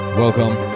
welcome